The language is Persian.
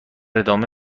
ادامه